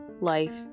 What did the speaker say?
life